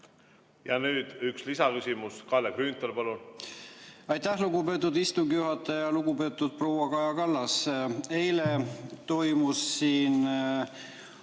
Nüüd üks lisaküsimus. Kalle Grünthal, palun! Aitäh, lugupeetud istungi juhataja! Lugupeetud proua Kaja Kallas! Eile toimus siin